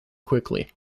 quickly